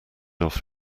off